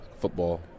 football